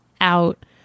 out